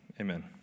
Amen